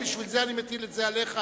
בשביל זה אני מטיל את זה עליך.